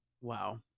wow